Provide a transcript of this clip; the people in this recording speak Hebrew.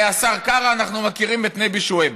השר קרא, אנחנו מכירים את נבי שועייב,